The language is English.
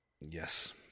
Yes